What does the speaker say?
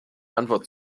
antwort